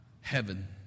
heaven